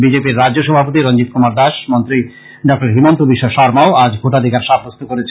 বিজেপির রাজ্য সভাপতি রঞ্জিত কুমার দাস মন্ত্রী হিমন্ত বিশ্ব শর্মা ও আজ ভোটাধিকার সাবস্ত্য করেছেন